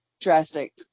drastic